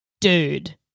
Dude